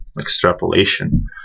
extrapolation